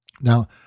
Now